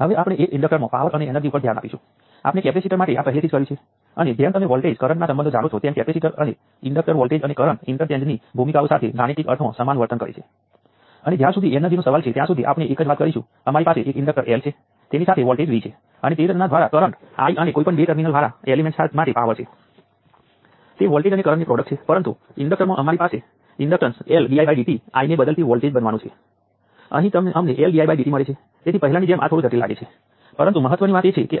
હવે જ્યારે આપણે સર્કિટ એલિમેન્ટ્સ અને તેમના વર્તન સંબંધોથી પરિચિત છીએ ત્યારે આપણે મોટી સર્કિટને સામેલ કરવાના વ્યવસ્થિત વેવ્સ અને ઉપયોગમાં સરળ હતી પરંતુ મોટી સર્કિટ માટે અસરકારક રીતે માપી શકાતી